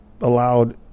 allowed